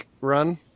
run